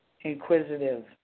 inquisitive